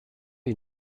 you